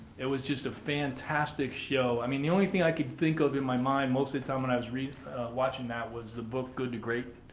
it was just a fantastic show. i mean, the only think i could think of in my mind most of the time when i was watching that was the book good to great.